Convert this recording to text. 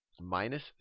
Minus